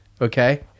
okay